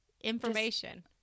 information